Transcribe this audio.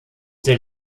der